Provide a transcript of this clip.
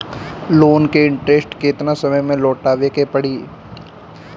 Loan के interest केतना समय में लौटावे के पड़ी?